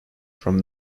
from